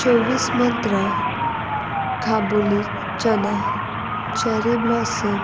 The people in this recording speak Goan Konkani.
चोवीस मंत्रा काबुली चनां चॅरी ब्लॉसम